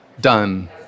done